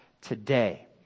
today